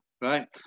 right